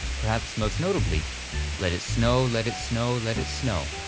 perhaps most notably let it snow! let it snow! let it snow!